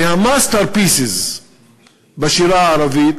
מה-masterpieces של השירה הערבית,